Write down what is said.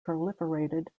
proliferated